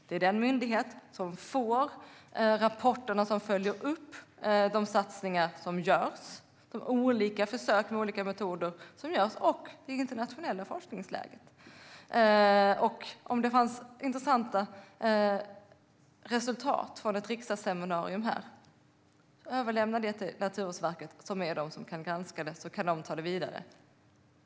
Det är den myndighet som får de rapporter som följer upp de satsningar som görs på olika försök med olika metoder samt det internationella forskningsläget. Om det framkom intressanta resultat vid ett riksdagsseminarium föreslår jag att ni överlämnar det till Naturvårdsverket, som är den myndighet som kan granska det hela och kan ta det vidare.